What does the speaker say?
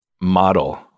Model